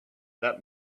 that